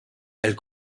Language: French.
elle